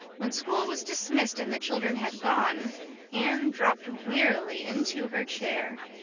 when school was dismissed and the children had gone anne dropped wearily into her chair.